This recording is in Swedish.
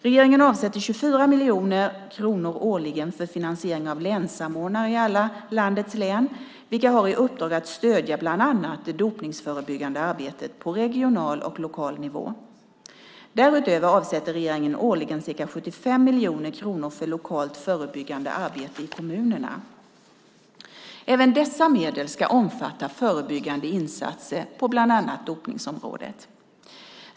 Regeringen avsätter 24 miljoner kronor årligen för finansiering av länssamordnare i alla landets län, vilka har i uppdrag att stödja bland annat det dopningsförebyggande arbetet på regional och lokal nivå. Därutöver avsätter regeringen årligen ca 75 miljoner kronor för lokalt förebyggande arbete i kommunerna. Även dessa medel ska omfatta förebyggande insatser på bland annat dopningsområdet.